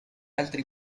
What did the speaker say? altri